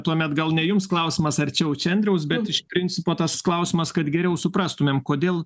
tuomet gal ne jums klausimas arčiau čia andriaus bent iš principo tas klausimas kad geriau suprastumėm kodėl